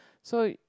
so